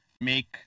make